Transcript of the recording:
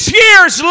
years